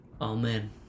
Amen